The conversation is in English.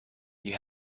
you